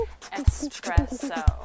espresso